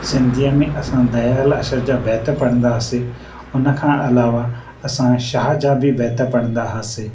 सिंधीअ में असां दयाल अशर जा बैत पढ़ंदा हुआसीं उन खां अलावा असां शाह जा बि बैत पढ़ंदा हुआसीं